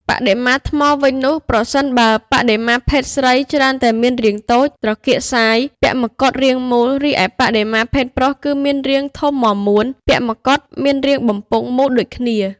បដិមាថ្មវិញនោះ ប្រសិនបើបដិមាភេទស្រី ច្រើនតែមានរាងតូច ត្រគាកសាយ ពាក់មកុដរាងមូល រីឯបដិមាភេទប្រុស គឺមានរាងធំមាំមួន ពាក់មកុដមានរាងបំពង់មូលដូចគ្នា។